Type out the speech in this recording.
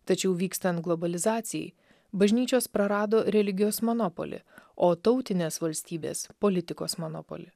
tačiau vykstant globalizacijai bažnyčios prarado religijos monopolį o tautinės valstybės politikos monopolį